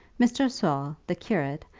mr. saul, the curate,